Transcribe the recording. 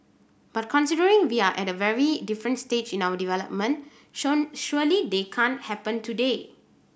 but considering we are at a very different stage in our development sure surely that can't happen today